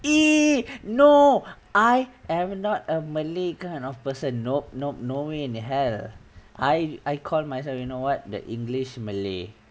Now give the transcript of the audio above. eh no I am not a malay kind of person nope nope no way in hell I I call myself you know what the english malay